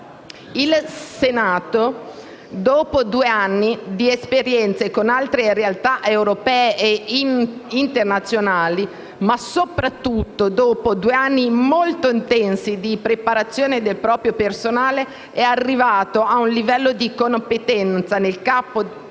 Il Senato, dopo due anni di esperienza con altre realtà europee e internazionali, ma soprattutto dopo due anni molto intensi di preparazione del proprio personale, è arrivato a un livello di competenza nel campo